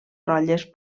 rotlles